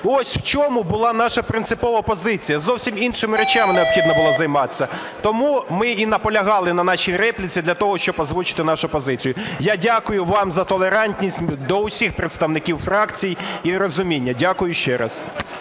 Ось в чому була наша принципова позиція, зовсім іншими речами необхідно було займатися. Тому ми і наполягали на нашій репліці для того, щоб озвучити нашу позиція. Я дякую вам за толерантність до усіх представників фракцій і розуміння. Дякую ще раз.